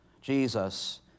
Jesus